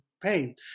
pain